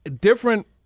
Different